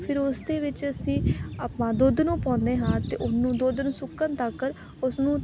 ਫਿਰ ਉਸ ਦੇ ਵਿੱਚ ਅਸੀਂ ਆਪਾਂ ਦੁੱਧ ਨੂੰ ਪਾਉਂਦੇ ਹਾਂ ਅਤੇ ਉਹਨੂੰ ਦੁੱਧ ਨੂੰ ਸੁੱਕਣ ਤੱਕ ਉਸਨੂੰ